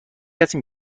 کسی